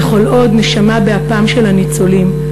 וכל עוד נשמה באפם של הניצולים,